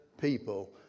people